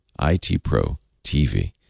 ITProTV